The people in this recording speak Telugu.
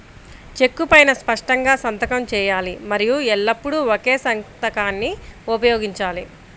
చెక్కు పైనా స్పష్టంగా సంతకం చేయాలి మరియు ఎల్లప్పుడూ ఒకే సంతకాన్ని ఉపయోగించాలి